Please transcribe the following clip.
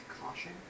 caution